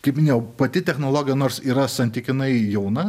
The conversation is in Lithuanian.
kaip minėjau pati technologija nors yra santykinai jauna